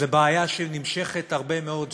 זאת בעיה שנמשכת הרבה מאוד זמן,